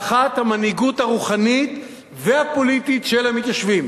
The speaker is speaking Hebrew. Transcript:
האחד, המנהיגות הרוחנית והפוליטית של המתיישבים,